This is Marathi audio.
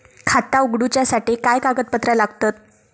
खाता उगडूच्यासाठी काय कागदपत्रा लागतत?